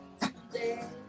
today